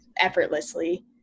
effortlessly